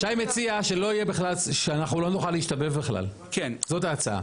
שי מציע שאנחנו לא נוכל להשתבב בכלל, זאת ההצעה.